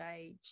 age